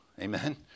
Amen